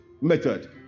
method